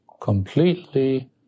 completely